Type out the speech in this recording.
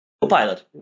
Copilot